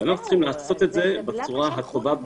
ואנחנו צריכים לעשות את זה בצורה הטובה ביותר.